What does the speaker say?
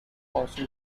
also